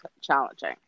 challenging